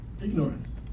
Ignorance